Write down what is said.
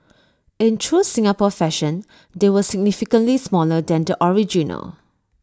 in true Singapore fashion they were significantly smaller than the original